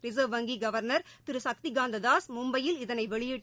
reserve வங்கியின் governor Thiru Shaktikanta Das மும்பையில் இதனை வெளியிட்டு